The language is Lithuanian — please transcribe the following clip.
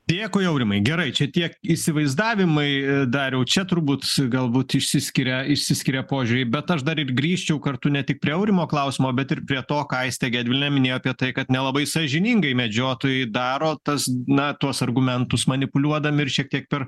dėkui aurimai gerai čia tiek įsivaizdavimai dariau čia turbūt galbūt išsiskiria išsiskiria požiūriai bet aš dar ir grįžčiau kartu ne tik prie aurimo klausimo bet ir prie to ką aistė gedvilienė minėjo apie tai kad nelabai sąžiningai medžiotojai daro tas na tuos argumentus manipuliuodami ir šiek tiek per